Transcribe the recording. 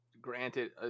Granted